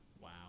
Wow